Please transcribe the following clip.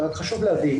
רק חשוב להבין